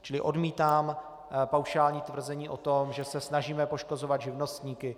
Čili odmítám paušální tvrzení o tom, že se snažíme poškozovat živnostníky.